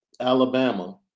Alabama